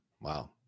wow